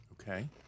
Okay